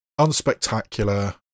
unspectacular